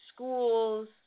schools